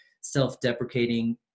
self-deprecating